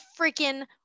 freaking